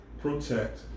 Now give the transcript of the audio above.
protect